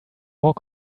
more